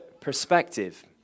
perspective